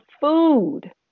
food